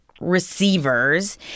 receivers